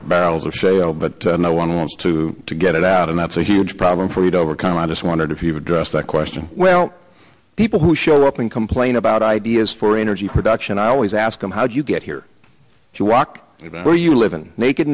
barrels of shale but no one wants to get it out and that's a huge problem for you to overcome i just wondered if you addressed that question well people who show up and complain about ideas for energy production i always ask them how do you get here to walk where you live and make it